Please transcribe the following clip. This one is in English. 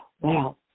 Wow